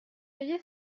payé